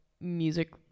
music